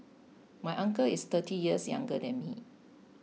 my uncle is thirty years younger than me